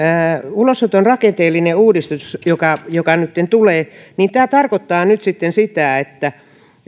ulosoton rakenteellinen uudistus joka joka nytten tulee tarkoittaa sitten sitä että